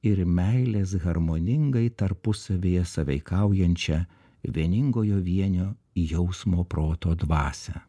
ir meilės harmoningai tarpusavyje sąveikaujančią vieningojo vienio jausmo proto dvasią